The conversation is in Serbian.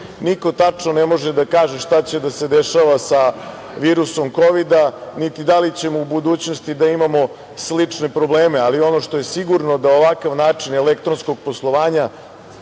Niko tačno ne može da kaže šta će da se dešava sa virusom kovida niti da li ćemo u budućnosti da imamo slične probleme, ali ono što je sigurno da ovakav način elektronskog poslovanja